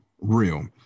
real